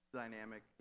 dynamic